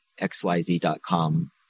xyz.com